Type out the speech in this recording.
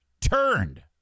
turned